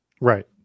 Right